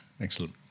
excellent